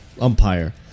umpire